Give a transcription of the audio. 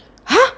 !huh!